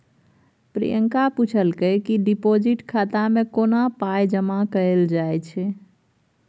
प्रियंका पुछलकै कि डिपोजिट खाता मे कोना पाइ जमा कयल जाइ छै